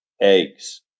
eggs